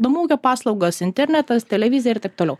namų ūkio paslaugos internetas televizija ir taip toliau